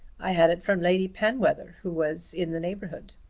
i had it from lady penwether who was in the neighbourhood.